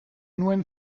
nuen